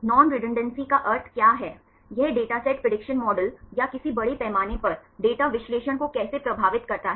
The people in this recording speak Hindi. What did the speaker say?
नॉन रेडुन्डंसे का अर्थ क्या है यह डेटासेट प्रेडिक्शन मॉडल या किसी बड़े पैमाने पर डेटा विश्लेषण को कैसे प्रभावित करता है